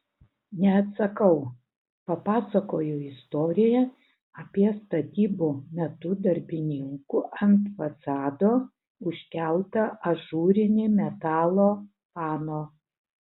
neatsakau papasakoju istoriją apie statybų metu darbininkų ant fasado užkeltą ažūrinį metalo pano